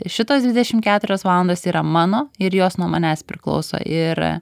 šitos dvidešim keturios valandos yra mano ir jos nuo manęs priklauso ir